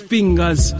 Fingers